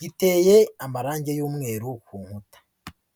giteye amarangi y'umweru ku nkuta.